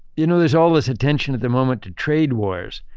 you know, there's all this attention at the moment to trade wars.